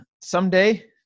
someday